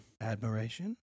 admiration